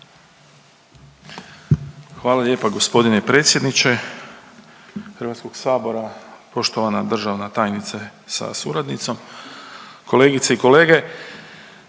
Hvala lijepa g. predsjedniče HS-a, poštovana državna tajnice sa suradnicom. Kolegice i kolege,